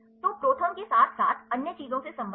तो ProTherm के साथ साथ अन्य चीजों से संबंधित